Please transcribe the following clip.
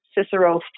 Cicero